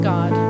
God